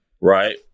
right